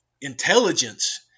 intelligence